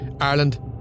Ireland